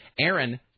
Aaron